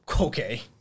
okay